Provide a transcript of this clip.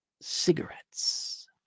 cigarettes